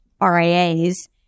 RIAs